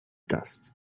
dust